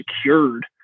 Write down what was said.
secured